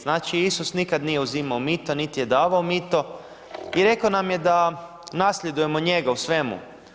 Znači Isus nikad nije uzimao mito niti je davao mito i rekao nam je da nasljedujemo njega u svemu.